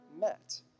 met